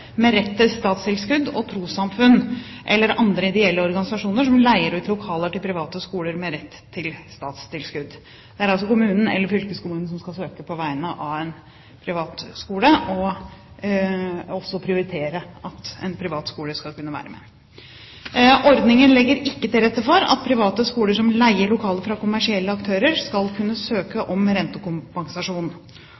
med rett til statstilskudd, trossamfunn eller ideelle organisasjoner som leier ut lokaler til private skoler med rett til statstilskudd. Det er altså kommunen eller fylkeskommunen som skal søke på vegne av en privatskole og også prioritere om en privatskole skal kunne være med. Ordningen legger ikke til rette for at private skoler som leier lokaler fra kommersielle aktører, skal kunne søke